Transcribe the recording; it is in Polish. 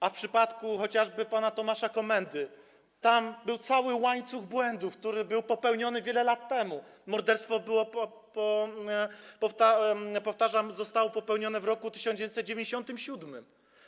A w przypadku chociażby pana Tomasza Komendy był cały łańcuch błędów, które były popełnione wiele lat temu - morderstwo, powtarzam, zostało popełnione w roku 1997.